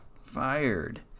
Fired